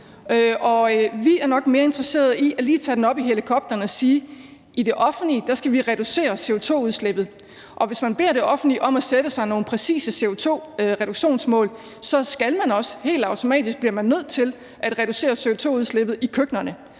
vi er nok mere interesseret i lige at tage den op i helikopteren og sige: I det offentlige skal vi reducere CO2-udslippet, og hvis man beder det offentlige om at sætte sig nogle præcise CO2-reduktionsmål, bliver man også helt automatisk nødt til at reducere CO2-udslippet i køkkenerne,